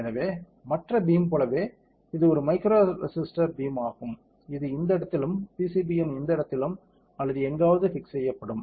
எனவே மற்ற பீம் போலவே இது ஒரு மைக்ரோ ரெசிஸ்டர் பீம் ஆகும் இது இந்த இடத்திலும் PCB யின் இந்த இடத்திலும் அல்லது எங்காவது பிக்ஸ் செய்யப்படும்